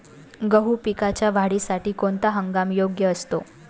गहू पिकाच्या वाढीसाठी कोणता हंगाम योग्य असतो?